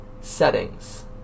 Settings